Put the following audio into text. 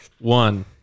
one